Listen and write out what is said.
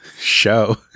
show